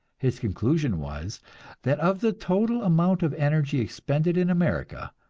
his conclusion was that of the total amount of energy expended in america,